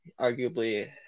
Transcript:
arguably